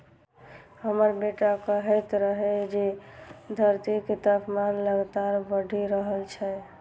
हमर बेटा कहैत रहै जे धरतीक तापमान लगातार बढ़ि रहल छै